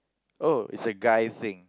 oh it's a guy thing